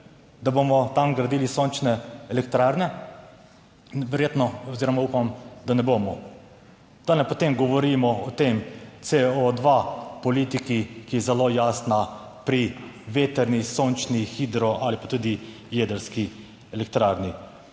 da bomo tam gradili sončne elektrarne in verjetno oziroma upam, da ne bomo, da potem govorimo o tem CO2 politiki, ki je zelo jasna pri vetrni, sončni, hidro ali pa tudi jedrski elektrarni.